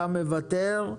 אתה מוותר.